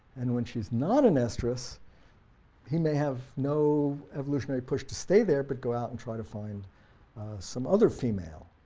and when she's not in estrus he may have no evolutionary push to stay there but go out and try to find some other female.